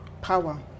power